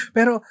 Pero